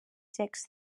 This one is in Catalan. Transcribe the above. secs